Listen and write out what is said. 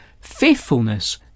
faithfulness